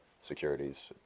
securities